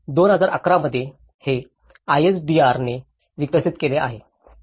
2011 मध्ये हे आयएसडीआर ने विकसित केले आहे